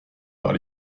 par